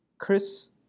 Chris